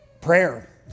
Prayer